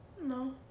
No